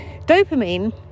dopamine